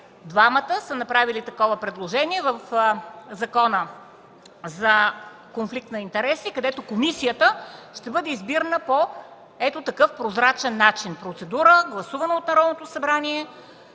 двамата са направили такова предложение в Закона за конфликт на интереси, където комисията ще бъде избирана по ето такъв прозрачен начин: процедура – гласувана от Народното събрание,